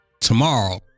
Tomorrow